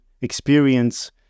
experience